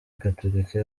gatulika